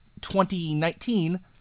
2019